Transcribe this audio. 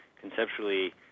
conceptually